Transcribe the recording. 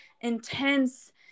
intense